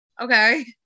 Okay